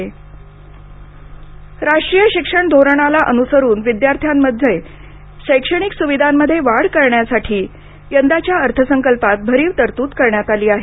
अर्थसंकल्प शिक्षण राष्ट्रीय शिक्षण धोरणाला अनुसरून विद्यार्थ्यांसाठी शैक्षणिक सुविधांमध्ये वाढ करण्यासाठी यंदाच्या अर्थसंकल्पात भरीव तरतूद करण्यात आली आहे